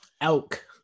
Elk